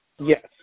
Yes